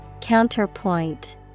counterpoint